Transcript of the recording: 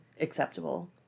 acceptable